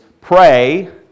pray